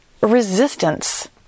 resistance